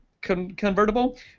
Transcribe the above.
convertible